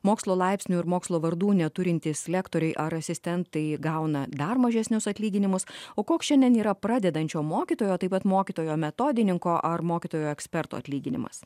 mokslo laipsnių ir mokslo vardų neturintys lektoriai ar asistentai gauna dar mažesnius atlyginimus o koks šiandien yra pradedančio mokytojo taip pat mokytojo metodininko ar mokytojo eksperto atlyginimas